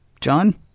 John